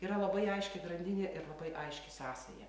yra labai aiški grandinė ir labai aiški sąsaja